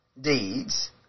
deeds